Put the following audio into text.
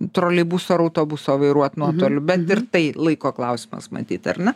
troleibuso ar autobuso vairuot nuotoliu bet ir tai laiko klausimas matyt ar ne